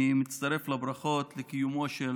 אני מצטרף לברכות על קיומו של